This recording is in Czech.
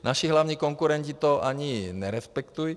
Naši hlavní konkurenti to ani nerespektují.